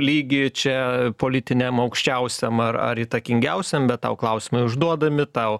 lygy čia politiniam aukščiausiam ar įtakingiausiam bet tau klausimai užduodami tau